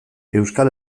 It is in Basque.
euskal